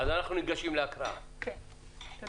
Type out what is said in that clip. אז אנחנו ניגשים להקראה, בבקשה.